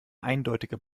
eindeutiger